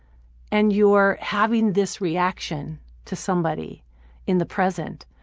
and you're having this reaction to somebody in the present.